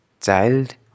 child